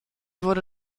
wurde